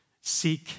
seek